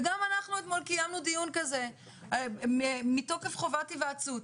וגם אנחנו אתמול קיימנו דיון כזה מתוקף חובת היוועצות.